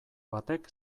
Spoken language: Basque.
batek